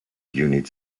unit